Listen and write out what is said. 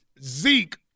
Zeke